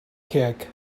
cake